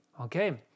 Okay